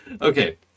Okay